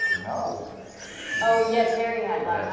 you know oh yeah, tary had luck,